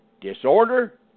disorder